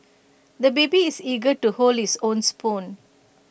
the baby is eager to hold his own spoon